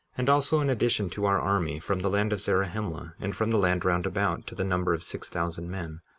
and also an addition to our army, from the land of zarahemla, and from the land round about, to the number of six thousand men,